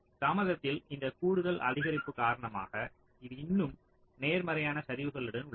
தாமதத்தில் இந்த கூடுதல் அதிகரிப்பு காரணமாக இது இன்னும் நேர்மறையான சரிவுகளுடன் உள்ளது